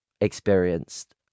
experienced